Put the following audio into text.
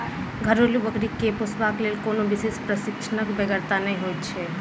घरेलू बकरी के पोसबाक लेल कोनो विशेष प्रशिक्षणक बेगरता नै होइत छै